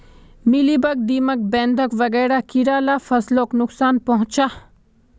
mealybug, दीमक, बेधक वगैरह कीड़ा ला फस्लोक नुक्सान पहुंचाः